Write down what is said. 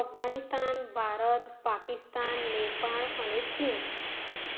અફઘાનિસ્તાન ભારત પાકિસ્તાન નેપાળ અને ચીન